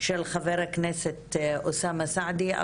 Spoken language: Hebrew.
של חבר הכנסת אוסאמה סעדי,